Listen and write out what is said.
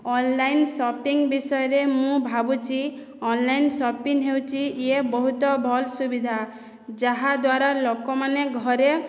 online shopping ବିଷୟରେ ମୁଁ ଭାବୁଛି ଅନଲାଇନ ସପିଙ୍ଗ ହେଉଛି ଇଏ ବହୁତ ଭଲ୍ ସୁବିଧା ଯାହାଦ୍ୱାରା ଲୋକମାନେ ଘରେ